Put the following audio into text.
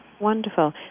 Wonderful